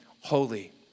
holy